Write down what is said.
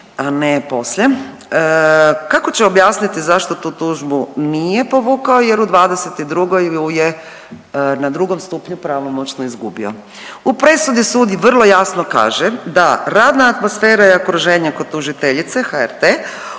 a ne poslije. Kako će objasniti zašto tu tužbu nije povukao jer u '22. ju je na drugom stupnju pravomoćno izgubio. U presudi sud vrlo jasno kaže da radna atmosfera i okruženje kod tužiteljice HRT